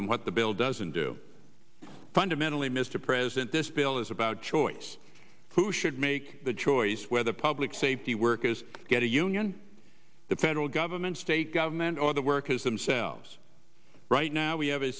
and what the bill doesn't do fundamentally mr president this bill is about choice who should make the choice whether public safety workers get a union the federal government state government or the workers themselves right now we have a